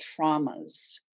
traumas